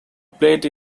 plate